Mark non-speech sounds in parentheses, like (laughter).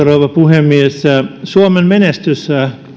(unintelligible) rouva puhemies suomen menestys